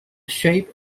shape